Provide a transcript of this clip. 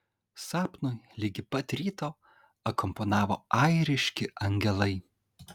sapnui ligi pat ryto akompanavo airiški angelai